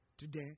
today